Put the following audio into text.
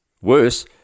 Worse